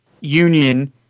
union